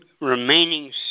remaining